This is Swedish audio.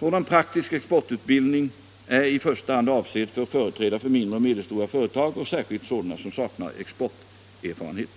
Sådan praktisk exportutbildning är i första hand avsedd för företrädare för mindre och medelstora företag och särskilt sådana som saknar exporterfarenhet.